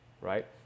right